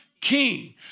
king